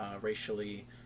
racially